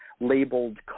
labeled